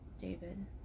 david